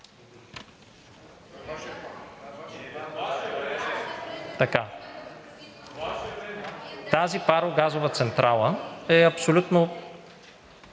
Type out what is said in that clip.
Тази парогазова централа е абсолютно